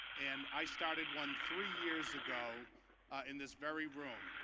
and i started one three years ago in this very room.